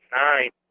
nine